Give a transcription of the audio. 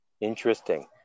Interesting